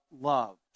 love